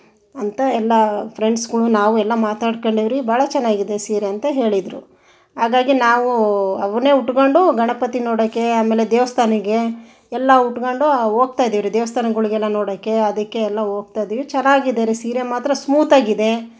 ಅಂತ ಎಲ್ಲ ಫ್ರೆಂಡ್ಸ್ಗಳು ನಾವು ಎಲ್ಲ ಮಾತಾಡ್ಕಂಡೀವಿ ರೀ ಭಾಳ ಚೆನ್ನಾಗಿದೆ ಸೀರೆ ಅಂತ ಹೇಳಿದರು ಹಾಗಾಗಿ ನಾವು ಅವನ್ನೆ ಉಟ್ಕಂಡು ಗಣಪತಿ ನೋಡೋಕ್ಕೆ ಆಮೇಲೆ ದೇವಸ್ಥಾನಗೆ ಎಲ್ಲ ಉಟ್ಕಂಡು ಹೋಗ್ತಾ ಇದ್ದೀವಿ ರೀ ದೇವಸ್ಥಾನಗುಳಿಗೆಲ್ಲ ನೋಡೋಕ್ಕೆ ಅದಕ್ಕೆ ಎಲ್ಲ ಹೋಗ್ತಾ ಇದ್ದೀವಿ ಚೆನ್ನಾಗಿದೆ ರೀ ಸೀರೆ ಮಾತ್ರ ಸ್ಮೂತಾಗಿದೆ